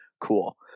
Cool